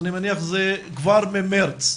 אני מניח שזה כבר ממארס.